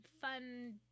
fun